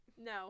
no